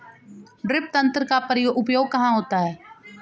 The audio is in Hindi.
ड्रिप तंत्र का उपयोग कहाँ होता है?